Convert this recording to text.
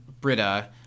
Britta